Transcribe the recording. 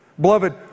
Beloved